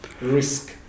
risk